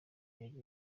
yari